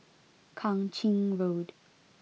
Kang Ching Road